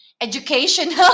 educational